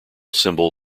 symbol